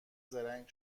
زرنگ